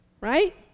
right